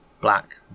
black